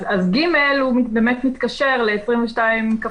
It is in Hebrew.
אז (ג) הוא באמת מתקשר ל-22כט,